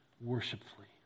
worshipfully